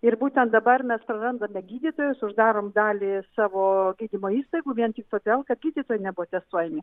ir būtent dabar mes prarandame gydytojus uždarom dalį savo gydymo įstaigų vien tik todėl kad gydytojai nebuvo testuojami